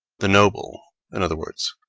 the noble, in other words,